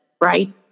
right